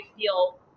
feel